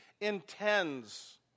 intends